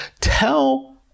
tell